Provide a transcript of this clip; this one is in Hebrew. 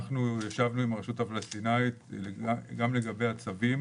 ישבנו עם הרשות הפלסטינית גם לגבי הצווים